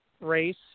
race